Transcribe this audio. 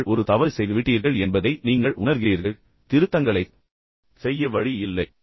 நீங்கள் ஒரு தவறு செய்துவிட்டீர்கள் என்பதை நீங்கள் உணர்கிறீர்கள் பின்னர் திருத்தங்களைச் செய்ய வழி இல்லை